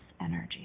energy